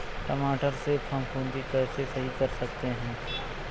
टमाटर से फफूंदी कैसे सही कर सकते हैं?